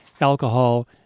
alcohol